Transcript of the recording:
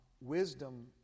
wisdom